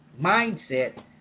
mindset